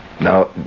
Now